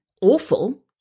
awful